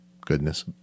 goodness